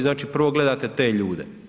Znači prvo gledate te ljude.